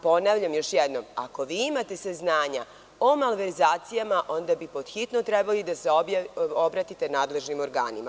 Ponavljam još jednom, ako imate saznanja o malverzacijama onda bi podhitno trebali da se obratite nadležnim organima.